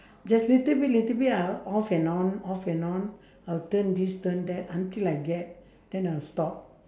just little bit little bit I'll off and on off and on I'll turn this turn that until I get then I'll stop